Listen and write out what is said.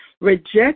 reject